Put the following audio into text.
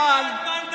מי מינה את מנדלבליט?